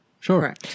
Sure